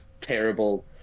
terrible